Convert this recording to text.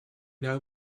know